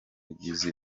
bigize